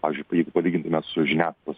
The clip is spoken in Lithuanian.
pavyzdžiui jeigu palygintume su žiniasklaidos